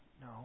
No